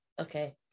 Okay